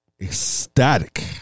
Ecstatic